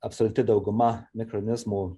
absoliuti dauguma mikronizmų